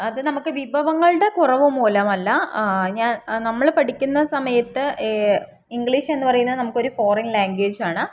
അത് നമുക്ക് വിഭവങ്ങളുടെ കുറവ് മൂലമല്ല ഞാൻ നമ്മള് പഠിക്കുന്ന സമയത്ത് ഇംഗ്ലീഷ് എന്ന് പറയുന്നത് നമുക്കൊരു ഫോറിൻ ലാംഗ്വേജ് ആണ്